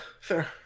fair